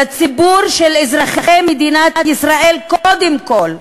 לציבור של אזרחי מדינת ישראל קודם כול,